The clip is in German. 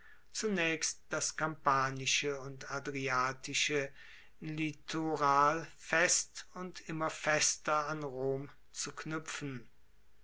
zunaechst das kampanische und adriatische litoral fest und immer fester an rom zu knuepfen